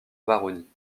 baronnie